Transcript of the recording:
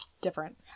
different